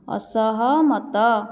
ଅସହମତ